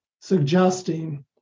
suggesting